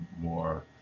more